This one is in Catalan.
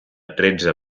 tretze